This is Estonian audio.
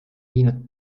viinud